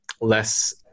less